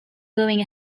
going